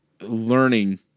learning